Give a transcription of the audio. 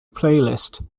playlist